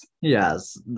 Yes